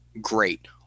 Great